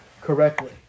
correctly